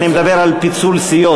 אני מדבר על פיצול סיעות,